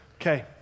Okay